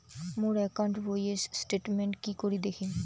মোর account বইয়ের statement কি করি দেখিম?